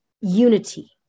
unity